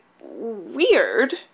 weird